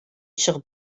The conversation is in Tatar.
чыгып